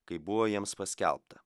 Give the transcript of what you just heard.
kaip buvo jiems paskelbta